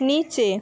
নিচে